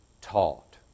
Taught